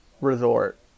resort